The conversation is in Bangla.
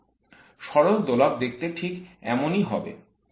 সরল দোলক দেখতে ঠিক এমনই হবে